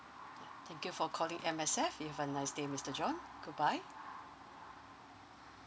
K thank you for calling M_S_F you have a nice day mister john goodbye